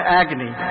agony